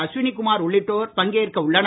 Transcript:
அஸ்வினி குமார் உள்ளிட்டோர் பங்கேற்க உள்ளனர்